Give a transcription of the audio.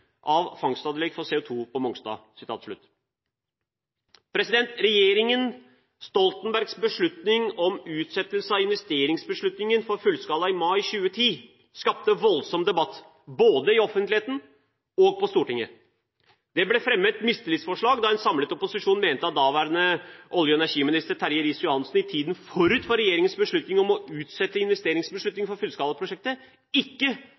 av fangstanlegg for CO2 på Mongstad.» Regjeringen Stoltenbergs beslutning om utsettelse av investeringsbeslutningen for fullskalaanlegget i mai 2010 skapte voldsom debatt både i offentligheten og på Stortinget. Det ble fremmet mistillitsforslag da en samlet opposisjon mente at daværende olje- og energiminister Terje Riis-Johansen i tiden forut for regjeringens beslutning om å utsette investeringsbeslutningen for fullskalaprosjektet ikke